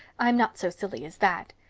i'm not so silly as that.